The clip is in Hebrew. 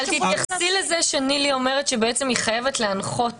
תתייחסי לזה שנילי אומרת שהיא חייבת להנחות